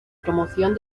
promoción